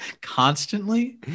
Constantly